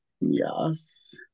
Yes